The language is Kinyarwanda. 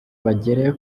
bagere